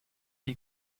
die